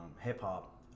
hip-hop